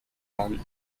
and